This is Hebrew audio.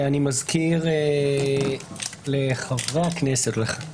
אני מזכיר לחברי הכנסת,